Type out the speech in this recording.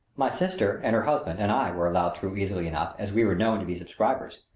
my sister and her husband and i were allowed through easily enough, as we were known to be subscribers,